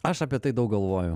aš apie tai daug galvoju